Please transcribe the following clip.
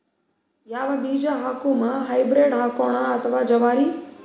ಯಾವ ಬೀಜ ಹಾಕುಮ, ಹೈಬ್ರಿಡ್ ಹಾಕೋಣ ಅಥವಾ ಜವಾರಿ?